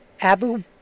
Abu